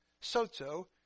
Soto